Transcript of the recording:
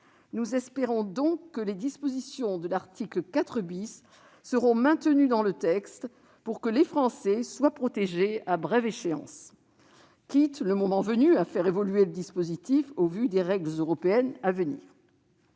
Nous espérons donc que les dispositions de l'article 4 seront maintenues dans le texte, pour que les Français soient protégés à brève échéance, quitte, le moment venu, à faire évoluer le dispositif au vu des règles européennes. Mon